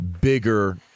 bigger